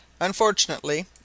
Unfortunately